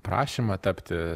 prašymą tapti